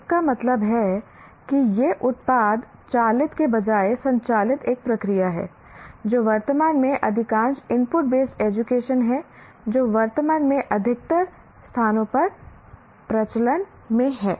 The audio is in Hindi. इसका मतलब है कि यह उत्पाद चालित के बजाय संचालित एक प्रक्रिया है जो वर्तमान में अधिकांश इनपुट बेस्ड एजुकेशन है जो वर्तमान में अधिकतर स्थानों पर प्रचलन में है